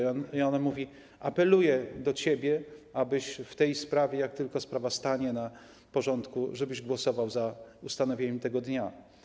I ona mówiła: Apeluję do ciebie, abyś w tej sprawie, jak tylko sprawa stanie na porządku, żebyś głosował za ustanowieniem tego dnia.